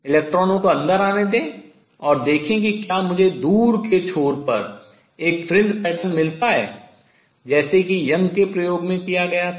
इलेक्ट्रॉनों को अंदर आने दें और देखें कि क्या मुझे दूर के छोर पर एक fringe pattern फ्रिंज पैटर्न मिलता है जैसे कि यंग के प्रयोग Young's experiment में किया गया था